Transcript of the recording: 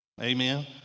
amen